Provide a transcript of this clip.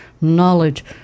knowledge